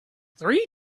three